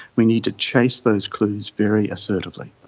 we need to chase those clues very assertively.